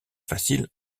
facile